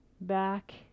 back